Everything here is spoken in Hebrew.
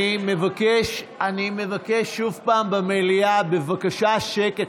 אני מבקש שוב פעם במליאה, בבקשה, שקט.